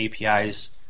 APIs